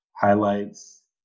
highlights